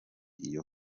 iyo